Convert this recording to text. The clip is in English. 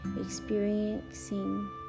experiencing